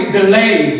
delay